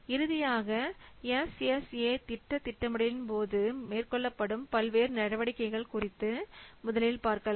இறுதியாக எஸ்எஸ்ஏ திட்ட திட்டமிடலின் போது மேற்கொள்ளப்படும் பல்வேறு நடவடிக்கைகள் குறித்து முதலில் பார்க்கலாம்